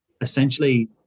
Essentially